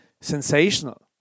Sensational